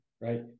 Right